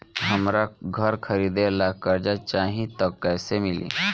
हमरा घर खरीदे ला कर्जा चाही त कैसे मिली?